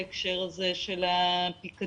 בהקשר הזה של הפיקדון.